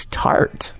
tart